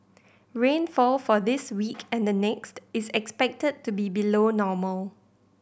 rainfall for this week and the next is expected to be below normal